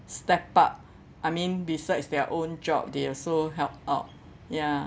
step up I mean besides their own job they also help out ya